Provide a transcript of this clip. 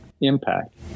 impact